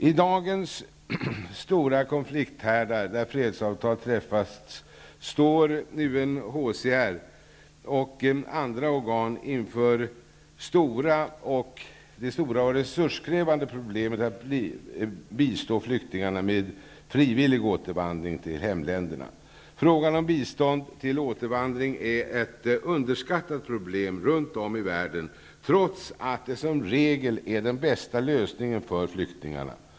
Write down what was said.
I dagens stora konflikthärdar, där fredsavtal träffats, står UNHCR och andra organ inför det stora och resurskrävande problemet att bistå flyktingarna med frivillig återvandring till hemländerna. Frågan om bistånd till återvandring är ett underskattat problem runt om i världen, trots att det som regel är den bästa lösningen för flyktingarna.